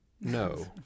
no